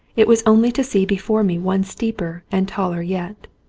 it was only to see before me one steeper and taller yet.